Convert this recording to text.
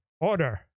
order